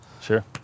Sure